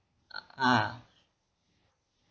ah